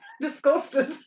disgusted